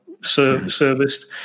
serviced